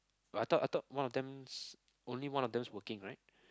but I thought I thought one of them s~ only one of them is working right